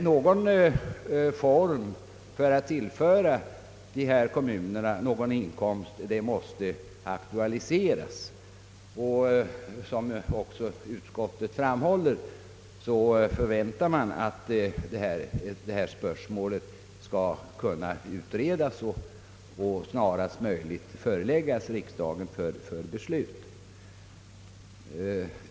Någon form för att tillföra dessa kommuner en inkomst måste dock aktualiseras. Utskottet framhåller, att man förväntar att detta spörsmål skall kunna utredas och snarast möjligt föreläggas riksdagen för beslut.